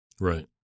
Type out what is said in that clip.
Right